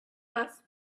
less